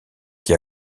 qui